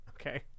Okay